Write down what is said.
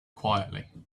quietly